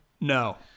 No